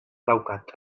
daukat